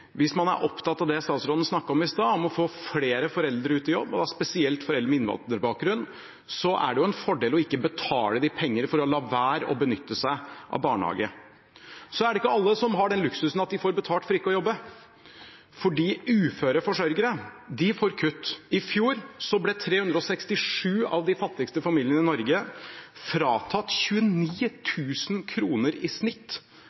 Hvis man er opptatt av det statsråden snakket om i stad, å få flere foreldre ut i jobb, og da spesielt foreldre med innvandrerbakgrunn, er det en fordel ikke å betale dem penger for å la være å benytte seg av barnehage. Så er det ikke alle som har den luksusen at de får betalt for ikke å jobbe, fordi uføre forsørgere får kutt. I fjor ble 367 av de fattigste familiene i Norge fratatt 29 000 kr i snitt